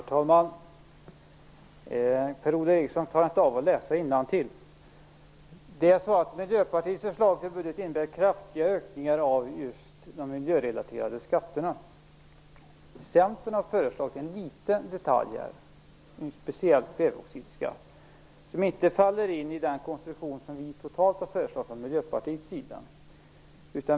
Herr talman! Per-Ola Eriksson klarar inte av att läsa innantill. Miljöpartiets förslag till budget innebär kraftiga ökningar av just de miljörelaterade skatterna. Centern har föreslagit en liten detalj här, en speciell kväveoxidskatt, som inte faller in i den totala konstruktion som vi har föreslagit från Miljöpartiets sida.